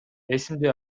эсимде